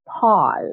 pause